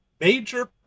major